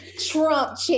trump